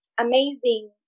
amazing